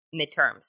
midterms